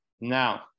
Now